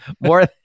More